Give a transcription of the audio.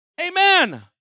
Amen